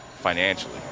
financially